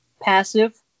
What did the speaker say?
passive